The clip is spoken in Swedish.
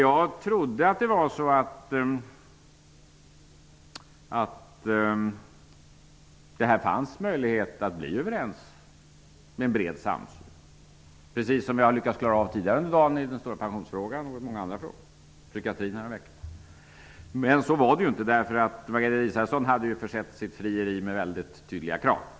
Jag trodde att det fanns möjlighet att bli överens och åstadkomma en bred samsyn, här på samma sätt som i den stora pensionsfrågan, som vi har behandlat tidigare under dagen, och i många andra frågor, t.ex. när det gällde psykiatrin, som riksdagen behandlade häromveckan. Men så var det ju inte -- Margareta Israelsson hade försett sitt frieri med väldigt tydliga krav.